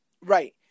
Right